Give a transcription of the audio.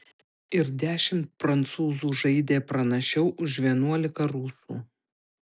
ir dešimt prancūzų žaidė pranašiau už vienuolika rusų